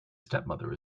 stepmother